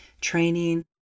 training